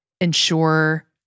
ensure